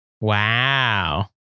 Wow